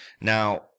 now